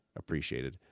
appreciated